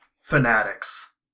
fanatics